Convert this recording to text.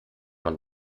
man